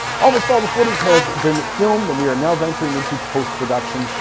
almost all of the footage has been filmed and we are now venturing in to post-production,